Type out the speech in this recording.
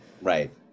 Right